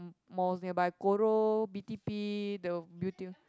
m~ malls nearby Koro B_T_P the Beauty-World